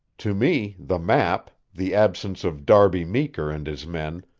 to me, the map, the absence of darby meeker and his men,